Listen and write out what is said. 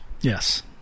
yes